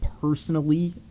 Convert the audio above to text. personally